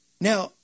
Now